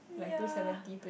yea